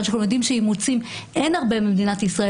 שאתם יודעים שאין הרבה אימוצים במדינת ישראל,